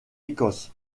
écosse